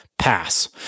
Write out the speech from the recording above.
Pass